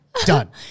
Done